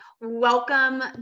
welcome